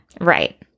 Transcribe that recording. Right